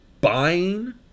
buying